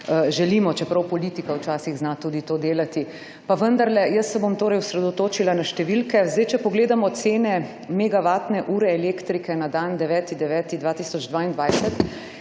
želimo, čeprav politika včasih zna tudi to delati. Pa vendarle, jaz se bom torej osredotočila na številke. Če pogledamo cene MWh elektrike na dan 9. 9. 2022,